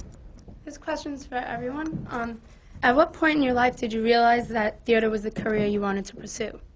this question is for everyone. um at what point in your life did you realize that theatre was the career you wanted to pursue?